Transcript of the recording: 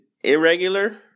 irregular